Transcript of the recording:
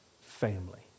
family